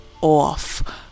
off